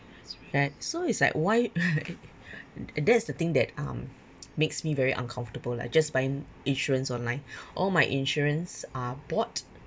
right so it's like why that's the thing that um makes me very uncomfortable lah just buying insurance online all my insurance are bought